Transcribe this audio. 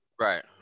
Right